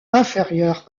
inférieure